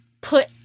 put